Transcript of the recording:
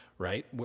right